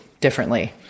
differently